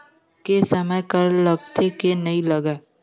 के समय कर लगथे के नइ लगय?